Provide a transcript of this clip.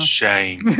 shame